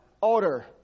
order